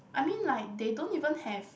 I mean like they don't even have